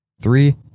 Three